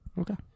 Okay